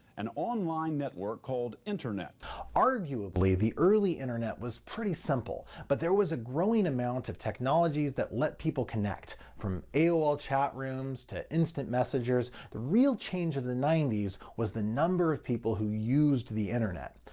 an online network called internet arguably the early internet was pretty simple, but there was a growing amount of technologies that let people connect. from aol chat rooms, to instant messengers, the real change of the ninety s was the number of people who used the internet.